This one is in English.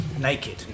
naked